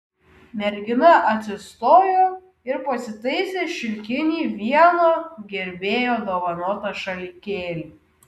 mergina atsistojo ir pasitaisė šilkinį vieno gerbėjo dovanotą šalikėlį